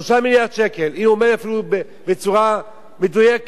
3 מיליארד שקל, הוא אומר אפילו בצורה מדויקת.